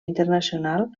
internacional